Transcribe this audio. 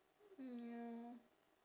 mm ya lor